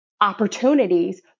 opportunities